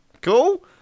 cool